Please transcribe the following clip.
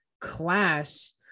class